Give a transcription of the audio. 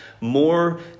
more